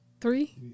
Three